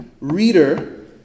reader